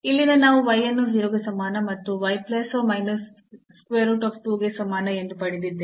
ಇಲ್ಲಿಂದ ನಾವು y ಅನ್ನು 0 ಗೆ ಸಮಾನ ಮತ್ತು y ಗೆ ಸಮಾನ ಎಂದು ಪಡೆದಿದ್ದೇವೆ